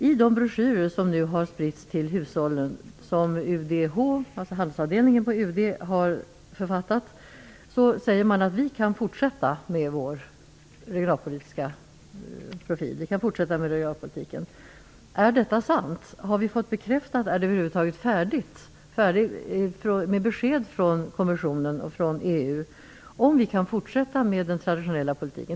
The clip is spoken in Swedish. I de broschyrer som nu har spritts till hushållen som UDH, dvs. handelsavdelningen på UD, har författat säger man att vi kan fortsätta med regionalpolitiken. Är detta sant? Har vi fått det bekräftat? Är det över huvud taget färdigt? Har vi fått besked från kommissionen och från EU om vi kan fortsätta med den traditionella politiken?